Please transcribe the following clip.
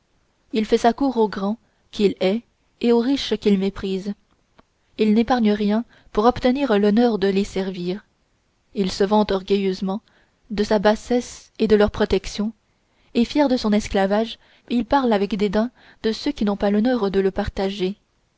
il fait sa cour aux grands qu'il hait et aux riches qu'il méprise il n'épargne rien pour obtenir l'honneur de les servir il se vante orgueilleusement de sa bassesse et de leur protection et fier de son esclavage il parle avec dédain de ceux qui n'ont pas l'honneur de le partager